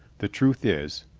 the truth is,